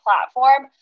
platform